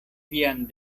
vian